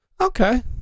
Okay